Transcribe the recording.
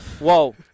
Whoa